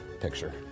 picture